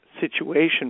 situation